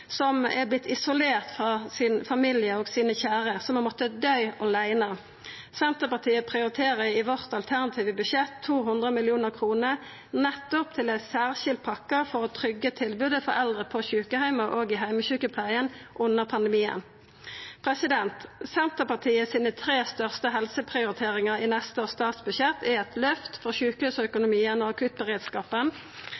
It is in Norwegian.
som har vorte isolerte frå familien sin og sine kjære, og som har måtta døy åleine. Senterpartiet prioriterer i sitt alternative budsjett 200 mill. kr nettopp til ein særskild pakke for å tryggja tilbodet til eldre på sjukeheimar og i heimesjukepleia under pandemien. Senterpartiet sine tre største helseprioriteringar i neste års statsbudsjett er eit løft for